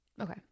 Okay